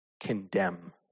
condemn